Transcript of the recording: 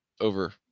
over